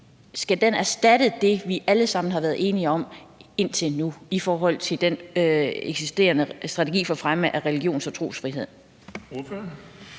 kortlægning erstatte det, vi alle sammen har været enige om indtil nu, altså i forhold til den eksisterende strategi for fremme af religions- og trosfrihed?